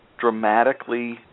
dramatically